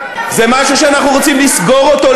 זה משהו שאנחנו רוצים לסגור אותו,